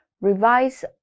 Revise